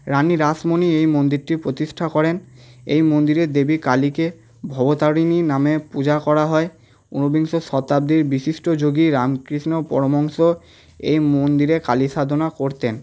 রানী রাসমণি এই মন্দিরটি প্রতিষ্ঠা করেন এই মন্দিরে দেবী কালীকে ভবতারিণী নামে পূজা করা হয় ঊনবিংশ শতাব্দীর বিশিষ্ট যোগী রামকৃষ্ণ পরমহংস এই মন্দিরে কালী সাধনা করতেন